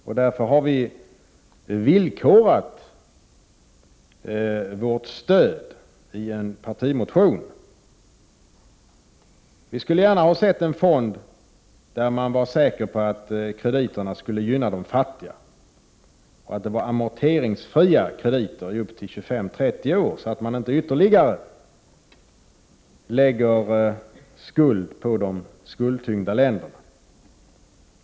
Av den anledningen har vi i en partimotion villkorat vårt stöd. Vi hade gärna sett en fond som med säkerhet skulle gynna de fattiga. Dessutom skulle det vara fråga om amorteringsfria krediter under bortemot 25-30 år — detta för att inte ytterligare belasta redan skuldtyngda länder.